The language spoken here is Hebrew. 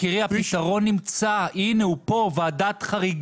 עידן קלימן --- אתה עושה פה הפרדה בין